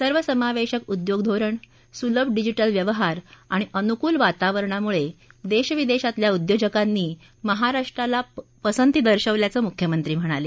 सर्व समावेशक उद्योग धोरण सुलभ डिजिटल व्यवहार आणि अनुकुल वातावरणामुळे देश विदेशातल्या उद्योजकांनी महाराष्ट्राला पसंती दर्शवल्याचं मुख्यमंत्री म्हणाले